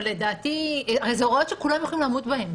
אבל לדעתי הרי זה הוראות שכולם הולכים לעמוד בהן.